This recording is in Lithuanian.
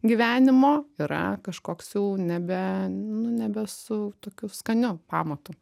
gyvenimo yra kažkoks jau nebe nu nebe su tokiu skaniu pamatu